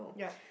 ya